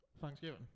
Thanksgiving